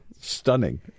Stunning